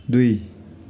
दुई